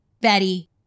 Betty